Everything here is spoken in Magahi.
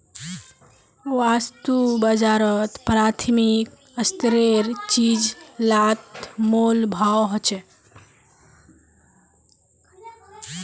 वास्तु बाजारोत प्राथमिक स्तरेर चीज़ लात मोल भाव होछे